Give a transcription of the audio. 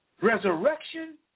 resurrection